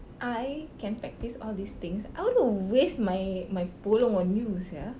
I can practise all these things I won't waste my my polong on you sia